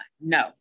no